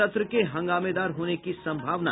सत्र के हंगामेदार होने की सम्भावना